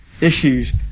issues